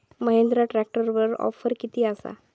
महिंद्रा ट्रॅकटरवर ऑफर किती आसा?